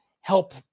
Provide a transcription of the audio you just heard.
help